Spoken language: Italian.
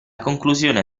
conclusione